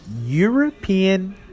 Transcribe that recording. European